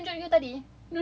tak yang tunjuk you tadi